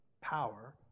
power